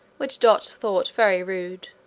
which dot thought very rude,